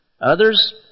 Others